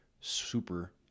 super